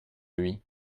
lui